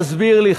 תסביר לי,